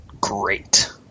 great